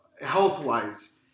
health-wise